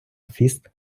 фіст